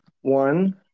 One